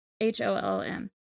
H-O-L-M